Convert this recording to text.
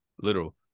literal